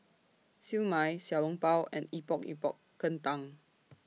Siew Mai Xiao Long Bao and Epok Epok Kentang